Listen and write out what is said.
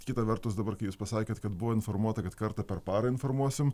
kita vertus dabar kai jūs pasakėt kad buvo informuota kad kartą per parą informuosim